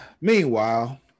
Meanwhile